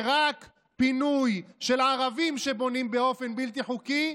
ורק פינוי של הערבים שבונים באופן בלתי חוקי,